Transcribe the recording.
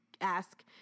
ask